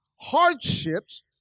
hardships